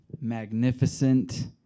Magnificent